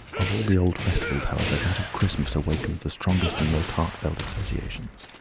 of all the old festivals, however, that of christmas awakens the strongest and most heartfelt associations.